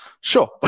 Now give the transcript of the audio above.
sure